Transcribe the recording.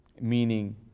Meaning